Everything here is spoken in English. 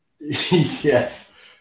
Yes